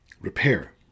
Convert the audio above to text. repair